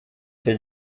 cya